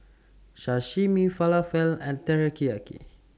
Sashimi Falafel and Teriyaki